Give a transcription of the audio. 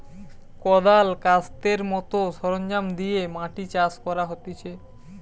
কদাল, কাস্তের মত সরঞ্জাম দিয়ে মাটি চাষ করা হতিছে